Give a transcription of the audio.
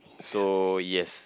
so yes